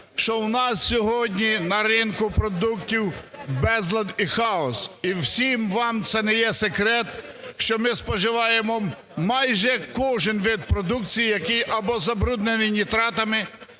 що у нас сьогодні на ринку продуктів безлад і хаос. І всім вам, це не є секрет, що ми споживаємо майже кожен вид продукції, який або забруднений нітратами,